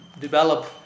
develop